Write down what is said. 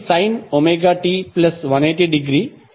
ఒకటి sine omega t plus 180 degree